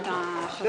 את